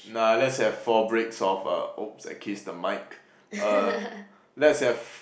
nah let's have four breaks of uh oops I kissed the mic uh let's have